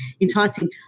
enticing